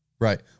Right